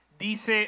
Dice